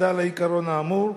הקפדה על העיקרון האמור.